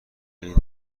این